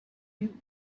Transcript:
knew